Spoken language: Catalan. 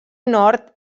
nord